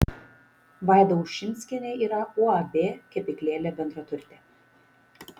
vaida ušinskienė yra uab kepyklėlė bendraturtė